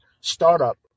startup